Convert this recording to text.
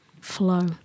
flow